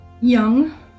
young